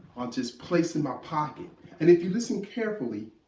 i'll just place in my pocket and if you listen carefully,